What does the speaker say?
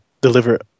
deliver